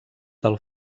del